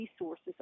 resources